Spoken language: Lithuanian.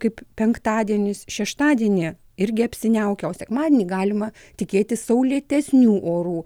kaip penktadienis šeštadienį irgi apsiniaukę o sekmadienį galima tikėtis saulėtesnių orų